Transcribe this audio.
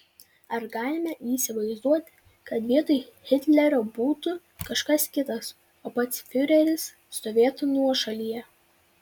ar galime įsivaizduoti kad vietoj hitlerio būtų kažkas kitas o pats fiureris stovėtų nuošalyje